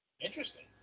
Interesting